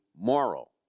moral